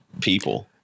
people